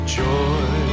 joy